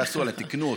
כעסו עליי, תיקנו אותי.